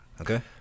Okay